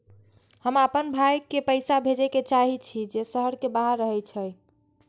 हम आपन भाई के पैसा भेजे के चाहि छी जे शहर के बाहर रहे छै